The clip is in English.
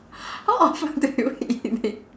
how often do you eat it